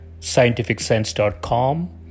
scientificsense.com